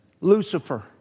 Lucifer